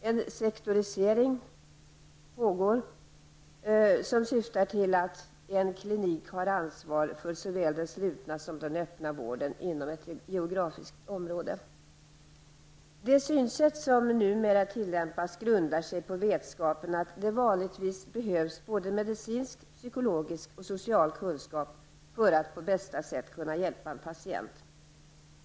En sektorisering pågår, som syftar till att ge en klinik ansvar för såväl den slutna som den öppna vården inom ett geografiskt område. Det synsätt som numera tillämpas grundar sig på vetskapen att det vanligtvis behövs såväl medicinsk som psykologisk och social kunskap för att på bästa sätt kunna hjälpa en patient.